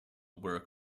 work